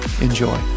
Enjoy